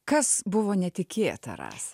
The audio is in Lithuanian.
kas buvo netikėta rasa